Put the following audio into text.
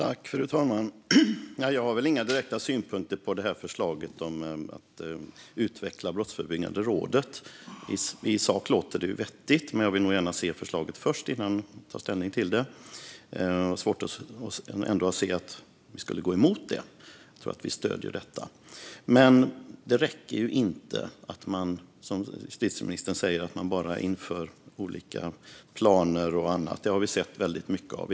Fru talman! Jag har väl inga direkta synpunkter på det här förslaget om att utveckla Brottsförebyggande rådet. I sak låter det vettigt. Jag vill gärna se förslaget först innan jag tar ställning till det, men jag har svårt att se att vi skulle gå emot det. Jag tror att vi kommer att stödja det. Men det räcker inte att bara införa olika planer och annat, som justitieministern talar om. Det har vi sett väldigt mycket av.